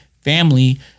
family